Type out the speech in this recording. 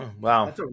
Wow